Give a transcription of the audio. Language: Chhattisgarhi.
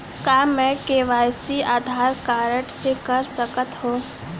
का मैं के.वाई.सी आधार कारड से कर सकत हो?